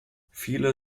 viele